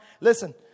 Listen